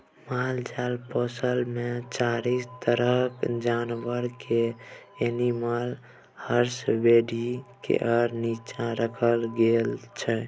मालजाल पोसब मे चारि तरहक जानबर केँ एनिमल हसबेंडरी केर नीच्चाँ राखल गेल छै